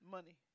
Money